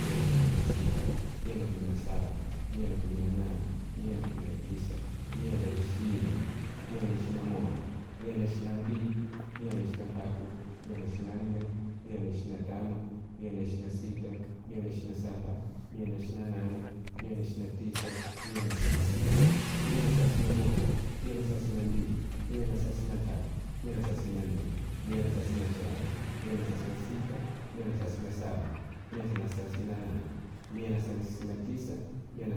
Mia na kumi na sita, mia na kumi na saba, mia na kumi na nane, mia na kumi na tisa, mia na ishini, mia na ishini na moja, mia na ishini na mbili, mia na ishini na tatu, mia na ishini na nne, mia na ishini na tano, mia na ishini na sita, mia na ishini na saba, mia na ishini na nane, mia na ishini na tisa, mia na thelathini, mia na thelathini na moja, mia na thelathini na mbili, mia na thelathini na tatu, mia na thelathini na nne, mia na thelathini na shano, mia na thelathini na sita, mia na thelathini na saba, mia na thelathini na nane, mia na thelathini na tisa, mia na